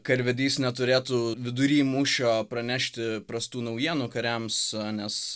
karvedys neturėtų vidury mūšio pranešti prastų naujienų kariams nes